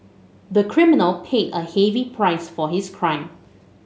the criminal paid a heavy price for his crime